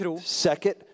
Second